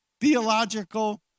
theological